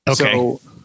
Okay